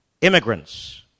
immigrants